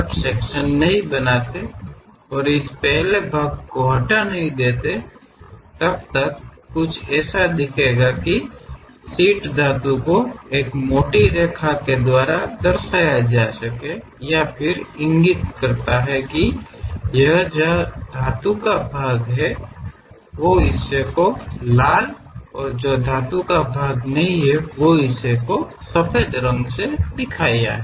ಈ ಮೊದಲ ಭಾಗವನ್ನು ತೆಗೆದುಹಾಕಿ ಏನಿದೆ ಎಂಬುದನ್ನು ತೋರಿಸುತ್ತದೆ ಅದರ ಅರ್ಥ ಶೀಟ್ ಲೋಹವನ್ನು ದಪ್ಪ ರೇಖೆಯಿಂದ ಪ್ರತಿನಿದಿಸಿದಾಗ ಅದು ಆ ಕೆಂಪು ಭಾಗದೊಳಗೆ ವಸ್ತು ಇರಬಹುದೆಂದು ಸೂಚಿಸುತ್ತದೆ ಮತ್ತು ಬಿಳಿ ಭಾಗದೊಳಗೆ ಯಾವುದೇ ವಸ್ತು ಇಲ್ಲವೆಂದು ಸೂಚಿಸುತ್ತದೆ